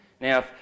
Now